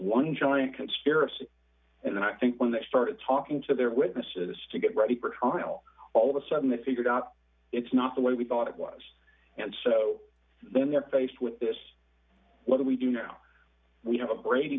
one giant conspiracy and i think when they started talking to their witnesses to get ready for trial all of a sudden they figured out it's not the way we thought it was and so then they're faced with this whether we do now we have a brady